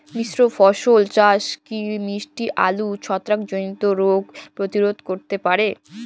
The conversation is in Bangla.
মিশ্র ফসল চাষ কি মিষ্টি আলুর ছত্রাকজনিত রোগ প্রতিরোধ করতে পারে?